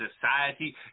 society